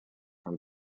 from